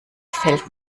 fällt